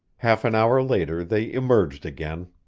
half an hour later they emerged again.